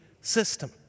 system